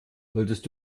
solltest